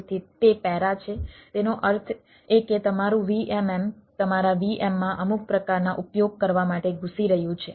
તેથી તે પેરા છે તેનો અર્થ એ કે તમારું VMM તમારા VM માં અમુક પ્રકારના ઉપયોગ કરવા માટે ઘૂસી રહ્યું છે